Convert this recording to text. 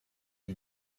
you